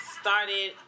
started